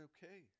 Okay